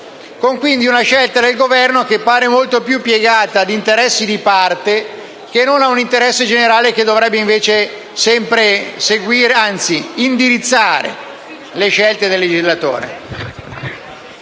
C'è, quindi, una scelta del Governo che pare molto più piegata agli interessi di parte che a un interesse generale che dovrebbe sempre indirizzare le scelte del legislatore.